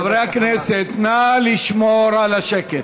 חברי הכנסת, נא לשמור על השקט.